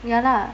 ya lah